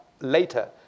later